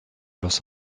los